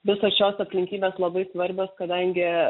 visos šios aplinkybės labai svarbios kadangi